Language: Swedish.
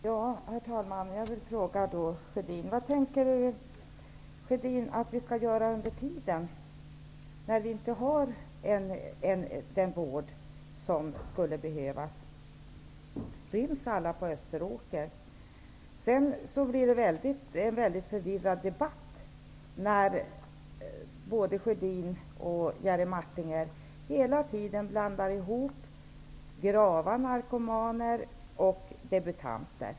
Herr talman! Jag vill fråga Karl Gustaf Sjödin: Vad menar Karl Gustaf Sjödin att vi skall göra under tiden, eftersom vi inte har den vård som behövs? Debatten blir väldigt förvirrad när både Karl Gustaf Sjödin och Jerry Martinger hela tiden blandar ihop grava narkomaner och debuterande narkomaner.